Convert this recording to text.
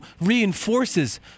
reinforces